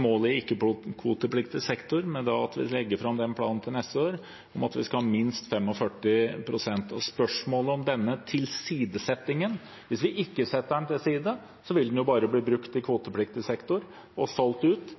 målet i ikke-kvotepliktig sektor, men at vi legger fram en plan til neste år om at vi skal ha minst 45 pst. Til spørsmålet om denne tilsidesettingen: Hvis vi ikke setter den til side, vil den jo bare bli brukt i kvotepliktig sektor og solgt ut.